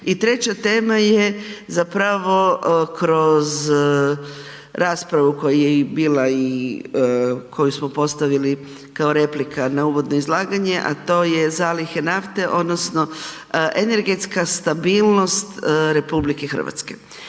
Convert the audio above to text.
I treća tema je zapravo kroz raspravu koja je bila i koju smo postavili kao replika na uvodno izlaganje a to je zalihe nafte odnosno energetska stabilnost RH.